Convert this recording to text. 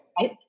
right